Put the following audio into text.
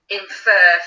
infer